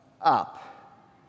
up